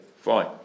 fine